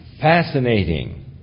fascinating